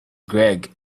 greg